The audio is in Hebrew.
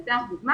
אני אתן דוגמה.